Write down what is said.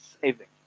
saving